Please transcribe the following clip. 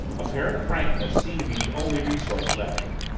apparent frankness seemed to be the only resource left her.